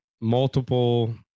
multiple